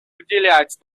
уделять